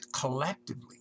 collectively